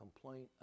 complaint